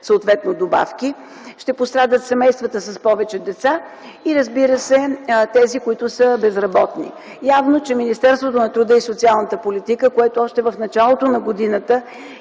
дадете добавки. Ще пострадат семействата с повече деца и разбира се тези, които са безработни. Ясно е, че Министерството на труда и социалната политика, което още в началото на годината